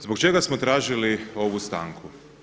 Zbog čega smo tražili ovu stanku?